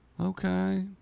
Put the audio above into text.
Okay